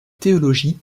théologie